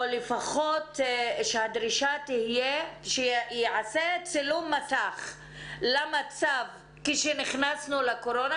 או לפחות שהדרישה תהיה שייעשה צילום מסך למצב כשנכנסנו לקורונה.